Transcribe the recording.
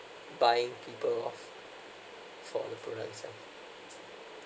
buying people off for the product itself